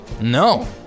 No